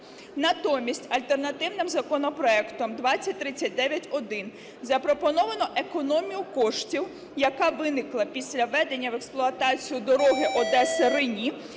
Натомість альтернативним законопроектом 2039-1 запропоновано економію коштів, яка виникла після введення в експлуатацію дороги Одеса – Рені,